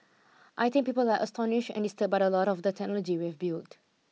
I think people are astonished and disturbed by a lot of the technology we have built